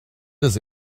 does